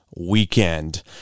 weekend